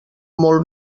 molt